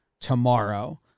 tomorrow